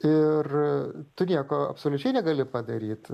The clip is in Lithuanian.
ir tu nieko absoliučiai negali padaryt